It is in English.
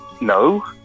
No